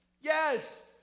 Yes